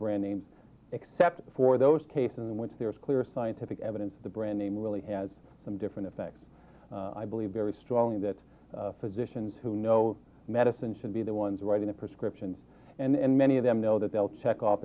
brand names except for those cases in which there is clear scientific evidence the brand name really has some different effects i believe very strongly that physicians who know medicine should be the ones writing the prescriptions and many of them know that they'll check off